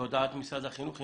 בהודעת משרד החינוך.